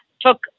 took